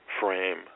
frame